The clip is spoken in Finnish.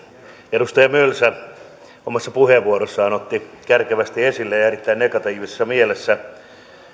edustaja mölsä omassa puheenvuorossaan otti kärkevästi ja erittäin negatiivisessa mielessä